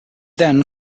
then